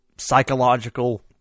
psychological